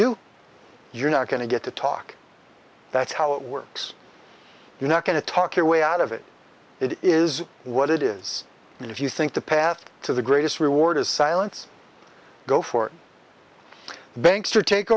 do you're not going to get to talk that's how it works you're not going to talk your way out of it it is what it is and if you think the path to the greatest reward is silence go for banks to take